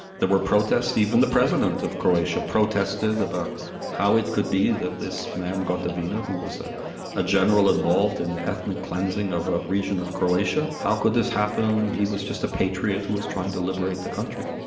there were protests, even the president of croatia protested about how it could be that this man, gotovina, who was ah a general involved in ethnic cleansing of a region of croatia, how could this happen, he was just a patriot who was trying to liberate the country.